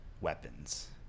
weapons